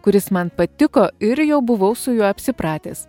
kuris man patiko ir jau buvau su juo apsipratęs